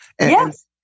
Yes